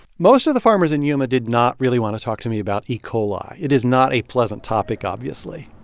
most of the farmers in yuma did not really want to talk to me about e. coli. it is not a pleasant topic obviously.